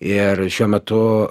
ir šiuo metu